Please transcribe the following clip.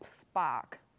spark